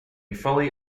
fully